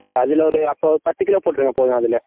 okay அதில் ஒரு அப்போ பத்து கிலோ போட்டுருங்க போதும் அதில்